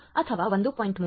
2 ಅಥವಾ 1